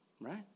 right